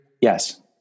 Yes